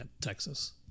Texas